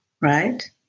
right